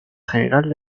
general